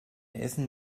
essen